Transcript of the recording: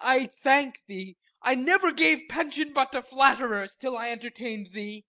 i thank thee i never gave pension but to flatterers, till i entertained thee.